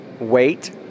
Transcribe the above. wait